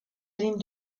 ligne